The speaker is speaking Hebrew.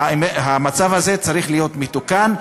המצב הזה צריך להיות מתוקן.